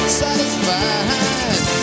satisfied